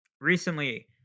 recently